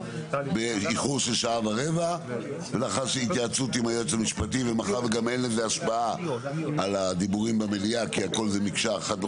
אבל מאחר שכאן אין לזה נפקמינה על המליאה כי זה הכל מקשה אחת,